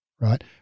right